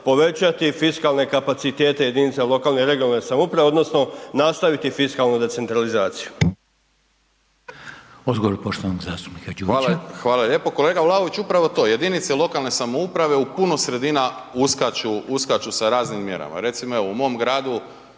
povećati fiskalne kapacitete jedinicama lokalne i regionalne samouprave odnosno nastaviti fiskalnu decentralizaciju.